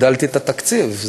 הגדלתי את התקציב.